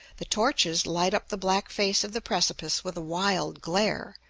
the torches light up the black face of the precipice with a wild glare,